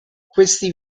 questi